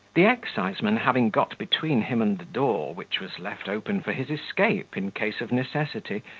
the exciseman having got between him and the door, which was left open for his escape, in case of necessity,